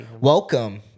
welcome